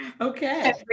Okay